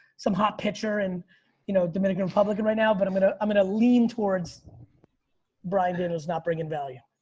some hot pitcher and you know dominican republican right now, but i'm gonna i'm gonna lean towards brian is not bringing value.